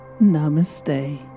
Namaste